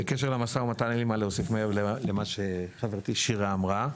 בקשר למו"מ אין לי מה להוסיף מעבר למה שחברתי שירה אמרה.